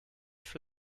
for